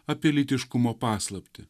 apie lytiškumo paslaptį